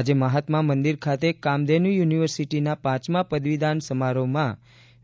આજે મહાત્મા મંદિર ખાતે કામધેનુ યુનિવર્સિટીમાં પાંચમાં પદવીદાન સમારોહમાં